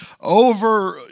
over